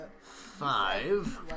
Five